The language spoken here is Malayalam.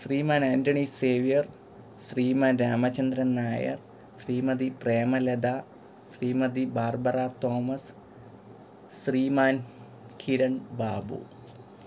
Shriman Antony Xavier Sriman Ramachandran Nair Srimati Premalatha Srimati Barbara Thomas Sriman Kiran Babu